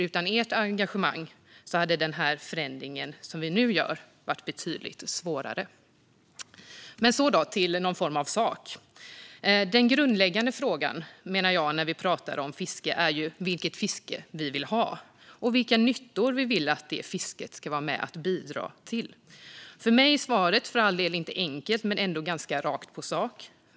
Utan ert engagemang hade den förändring som vi nu gör varit betydligt svårare. Nu går jag vidare till det som är någon form av sakfråga. Den grundläggande frågan när vi pratar om fiske menar jag är vilket fiske vi vill ha och vilka nyttor vi vill att det fisket ska vara med och bidra till. För mig är svaret för all del inte enkelt men ändå ganska rakt på sak.